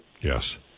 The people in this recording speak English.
Yes